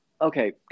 Okay